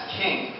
king